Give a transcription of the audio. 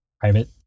private